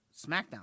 SmackDown